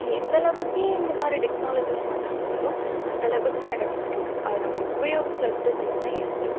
எந்தளவுக்கு இந்தமாதிரி டெக்னாலஜிஸ் வந்து நல்லதோ அந்தளவுக்கு சைட் எஃபெக்ட் இருக்கும் அதை நம்ம உபயோகிக்கிற விதத்தில் தான் இருக்குது